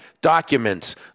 documents